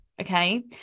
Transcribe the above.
okay